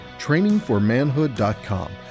trainingformanhood.com